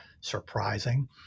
surprising